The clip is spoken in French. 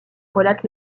relate